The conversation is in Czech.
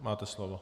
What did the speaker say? Máte slovo.